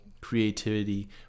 creativity